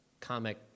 comic